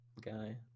guy